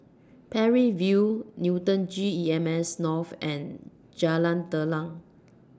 Parry View Newton G E M S North and Jalan Telang